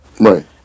Right